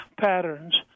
patterns